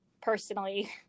personally